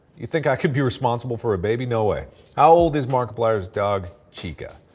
you think i could be responsible for a baby? no way. how old is markiplier's dog chica?